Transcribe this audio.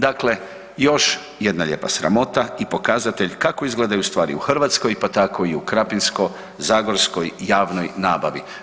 Dakle, još jedna lijepa sramota i pokazatelj kako izgledaju stvari u Hrvatskoj, pa tako i u krapinsko-zagorskoj javnoj nabavi.